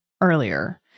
earlier